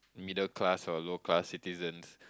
middle class or low class citizens